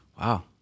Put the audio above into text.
Wow